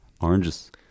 oranges